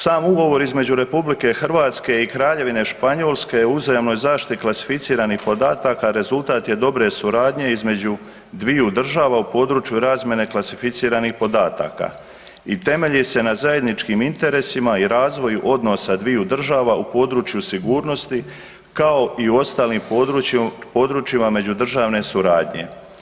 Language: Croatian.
Sam Ugovor između RH i Kraljevine Španjolske o uzajamnoj zaštiti klasificiranih podataka rezultat je dobre suradnje između dviju država u području razmjene klasificiranih podataka i temelji se na zajedničkim interesima i razvoju odnosa dviju država u području sigurnosti, kao i u ostalim područjima međudržavne suradnje.